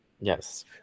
Yes